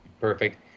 perfect